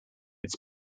its